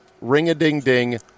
ring-a-ding-ding